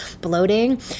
bloating